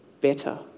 better